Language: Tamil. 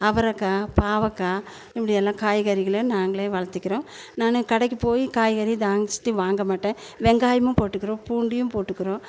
அவரக்காய் பாவக்காய் இப்படி எல்லா காய்கறிகளையும் நாங்களே வளர்த்திக்கிறோம் நான் கடைக்கிப் போய் காய்கறி ஜாங்ஸ்தி வாங்க மாட்டேன் வெங்காயமும் போட்டுக்குறோம் பூண்டையும் போட்டுக்குறோம்